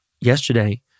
Yesterday